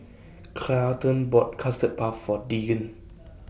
Carleton bought Custard Puff For Deegan